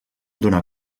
donar